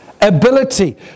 ability